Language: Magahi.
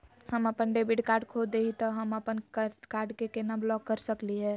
हम अपन डेबिट कार्ड खो दे ही, त हम अप्पन कार्ड के केना ब्लॉक कर सकली हे?